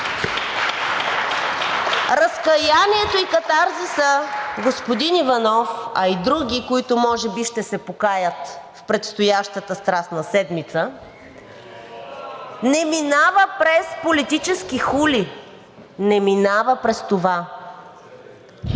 Разкаянието и катарзисът, господин Иванов, а и други, които може би ще се покаят в предстоящата Страстна седмица, не минава през политически хули. Не минава през това.